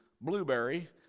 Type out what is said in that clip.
blueberry